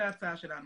זו ההצעה שלנו.